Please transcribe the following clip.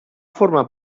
formar